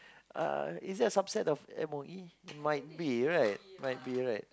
uh is it a subset of M_O_E might be right might be right